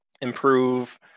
improve